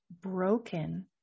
broken